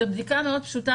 זו בדיקה מאוד פשוטה,